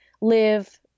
live